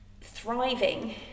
thriving